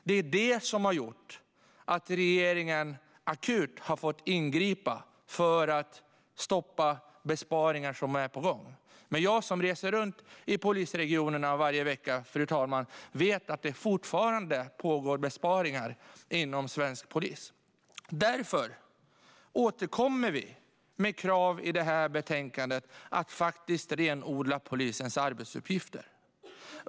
Det har gjort att regeringen akut har fått ingripa för att stoppa besparingar som är på gång. Fru talman! Jag som reser runt i polisregionerna varje vecka vet att det fortfarande pågår besparingar inom svensk polis. Därför återkommer vi med krav i betänkandet att renodla polisens arbetsuppgifter.